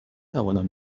توانم